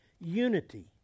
unity